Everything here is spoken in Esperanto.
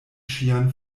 ŝian